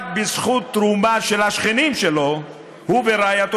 רק בזכות תרומה של השכנים שלו הוא ורעייתו